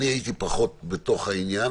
אני הייתי פחות בתוך העניין,